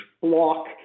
block